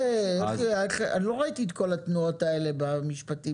בוא נבדיל בין מכתב לבין תקנות.